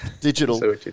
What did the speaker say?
digital